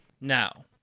Now